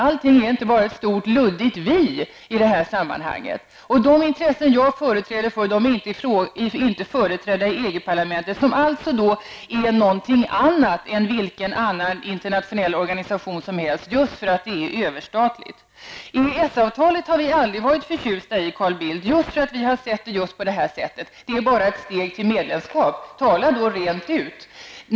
Allting är inte bara ett stort luddigt ''vi'' i det här sammanhanget. De intressen som jag företräder får inte företräde i EG-parlamentet, som alltså är någonting annat än vilken annan internationell organisation som helst, just därför att den är överstatlig. EES-avtalet har vi aldrig varit förtjusta i, Carl Bildt. Vi har sett det på det här sättet: Det är bara ett steg till medlemskap. Tala rent ut!